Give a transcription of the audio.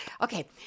Okay